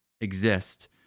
exist